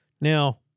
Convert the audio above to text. Now